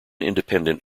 independent